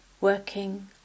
Working